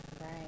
right